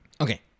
Okay